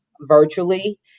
virtually